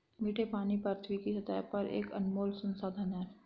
मीठे पानी पृथ्वी की सतह पर एक अनमोल संसाधन है